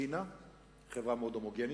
דיסציפלינה וגם חברה מאוד הומוגנית,